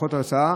ומערכות הסעה,